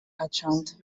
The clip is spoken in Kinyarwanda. atlanta